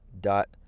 dot